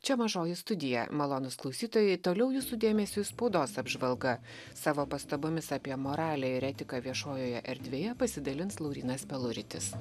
čia mažoji studija malonūs klausytojai toliau jūsų dėmesiui spaudos apžvalga savo pastabomis apie moralę ir etiką viešojoje erdvėje pasidalins laurynas peluritis